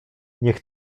niech